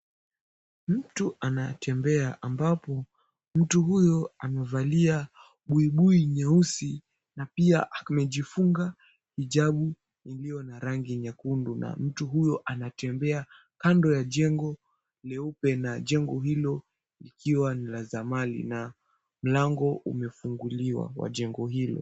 Mtu anatembea ambapo mtu huyo amevalia buibui nyeusi na pia amejifunga hijabu iliyo na rangi nyekundu, na mtu huyo anatembea kando ya jengo leupe, na jengo hilo likiwa ni la zamani na mlango umefunguliwa wa jengo hilo.